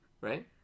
Right